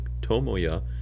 Tomoya